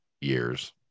years